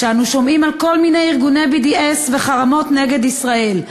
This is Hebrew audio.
כשאנחנו שומעים על כל מיני ארגוני BDS וחרמות נגד ישראל,